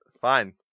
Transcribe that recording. fine